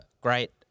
great